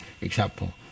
example